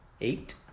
Eight